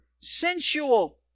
sensual